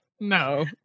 No